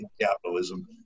capitalism